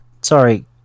sorry